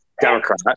democrat